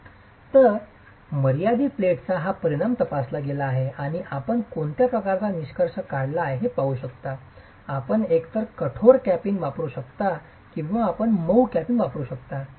तर मर्यादीत प्लेटचा हा परिणाम तपासला गेला आहे आणि आपण कोणत्या प्रकारचा निष्कर्ष काढला आहे ते पाहू शकता आपण एकतर कठोर कॅपिंग वापरू शकता किंवा आपण मऊ कॅपिंग वापरू शकता